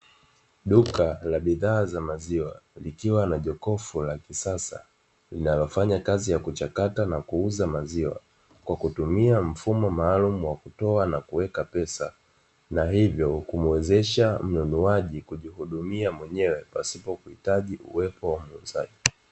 Duka la bidhaa za maziwa likiwa na jokofu la kisasa linalofanya kazi ya kuchakata na kuuza maziwa, kwa kutumia mfumo maalumu wa kutoa na kuweka pesa, na hivyo kumuwezesha mnunuaji kujihudumia mwenyewe pasipo kuhitaji uwepo wa muuzaji.